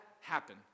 happen